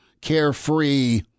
carefree